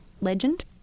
legend